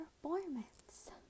performance